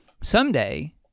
someday